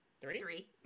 three